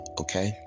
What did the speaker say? okay